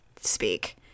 speak